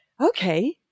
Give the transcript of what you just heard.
okay